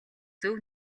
зөв